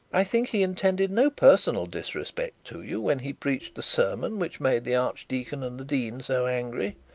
i think he intended no personal disrespect to you when he preached the sermon which made the archdeacon and the dean so angry!